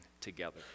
together